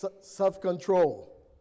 Self-control